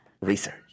Research